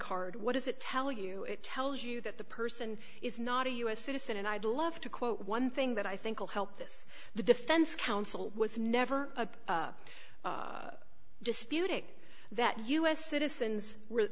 card what does that tell you it tells you that the person is not a u s citizen and i'd love to quote one thing that i think will help this the defense counsel was never a disputing that u s citizens were